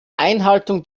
einhaltung